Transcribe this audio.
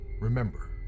Remember